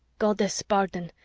goddess, pardon,